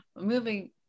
moving